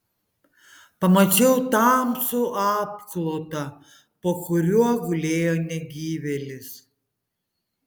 pamačiau tamsų apklotą po kuriuo gulėjo negyvėlis